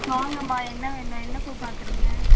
வாங்க அம்மா என்ன வேணும் என்ன பூ பார்க்குறிங்க